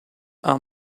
are